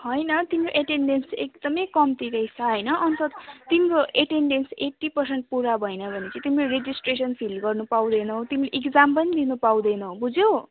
होइन तिम्रो एटेन्डेन्स एकदमै कम्ती रहेछ होइन अन्त तिम्रो एटेन्डेन्स एटी पर्सेन्ट पुरा भएन चाहिँ तिम्रो रेडिस्ट्रेसन फिल गर्न पाउँदैनौँ तिम्रो एक्जाम पनि दिन पाउँदैनौँ बुझ्यौ